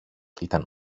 ήταν